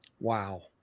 Wow